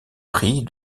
prix